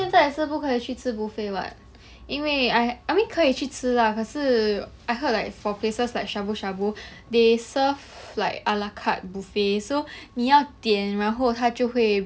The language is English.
可是现在也是不可以去吃 buffet what 因为 I mean 可以去吃啦可是 I heard like for places like shabu shabu they serve like a la carte buffet so 你要点然后他就会